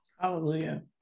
hallelujah